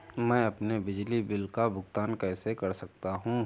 मैं अपने बिजली बिल का भुगतान कैसे कर सकता हूँ?